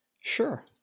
Sure